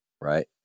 right